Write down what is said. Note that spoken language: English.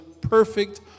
perfect